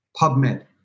PubMed